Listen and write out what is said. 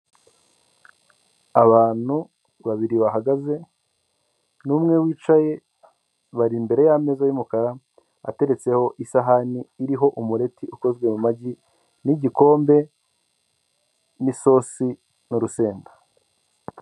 Abantu babiri bahagaze n'umwe wicaye bari imbere y'ameza y'umukara ateretseho isahani iriho umureti ukozwe mu magi n'igikombe n'isosi n'urusenda.